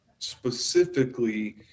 specifically